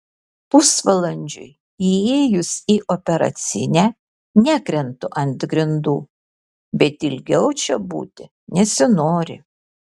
pusvalandžiui įėjus į operacinę nekrentu ant grindų bet ilgiau čia būti nesinori